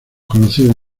conocidos